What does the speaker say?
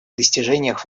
достижениях